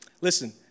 Listen